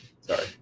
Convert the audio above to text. Sorry